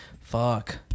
Fuck